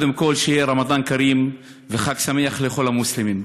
קודם כול, שיהיה רמדאן כרים וחג שמח לכל המוסלמים.